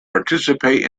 participate